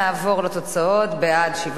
נעבור לתוצאות: 17 בעד,